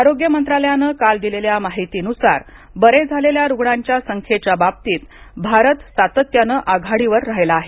आरोग्य मंत्रालयानं काल दिलेल्या माहितीनुसार बरे झालेल्या रुग्णांच्या संख्येच्या बाबतीत भारत सातत्यानं आघाडीवर राहिला आहे